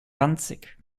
ranzig